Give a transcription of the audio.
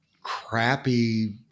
crappy